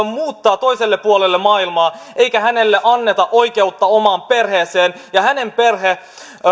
muuttaa toiselle puolelle maailmaa eikä hänelle anneta oikeutta omaan perheeseen ja jonka perhe